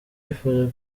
yifuza